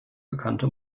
bekannte